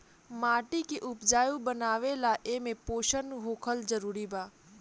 माटी के उपजाऊ बनावे ला एमे पोषण होखल जरूरी बा